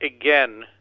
again